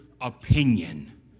Opinion